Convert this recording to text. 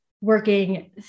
working